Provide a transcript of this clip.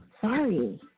Sorry